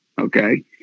okay